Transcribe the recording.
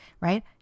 right